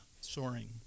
soaring